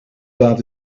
laat